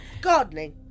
Gardening